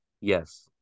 Yes